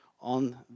on